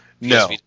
no